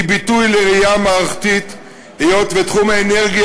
שהיא ביטוי לראייה מערכתית היות שתחום האנרגיה